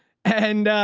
and ah,